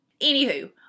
Anywho